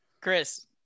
Chris